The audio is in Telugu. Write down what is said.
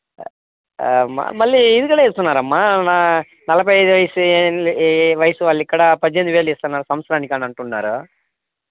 మళ్ళీ ఇది కూడా ఇస్తున్నారమ్మా నలభై ఐదు వయస్సు వాళ్ళకి ఇక్కడ పద్దెనిమిది వేలు ఇస్తున్నారు సంవత్సరానికి అని అంటున్నారు